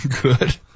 Good